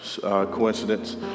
coincidence